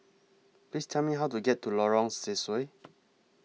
Please Tell Me How to get to Lorong Sesuai